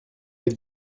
êtes